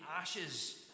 ashes